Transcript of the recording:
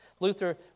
Luther